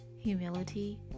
humility